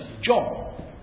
John